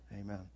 amen